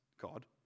God